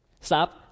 Stop